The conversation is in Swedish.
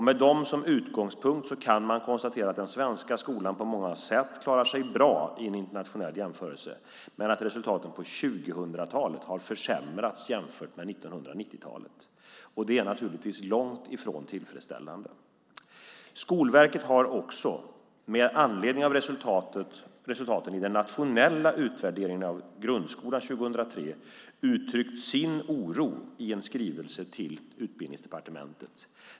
Med dem som utgångspunkt kan man konstatera att den svenska skolan på många sätt klarar sig bra i en internationell jämförelse men att resultaten på 2000-talet har försämrats jämfört med 1990-talet. Det är naturligtvis långt ifrån tillfredsställande. Skolverket har också, med anledning av resultaten i den nationella utvärderingen av grundskolan 2003, uttryckt sin oro i en skrivelse till Utbildningsdepartementet .